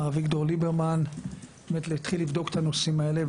מר אביגדור ליברמן, להתחיל לבדוק את הנושאים האלה.